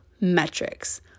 metrics